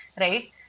right